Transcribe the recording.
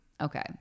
Okay